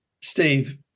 Steve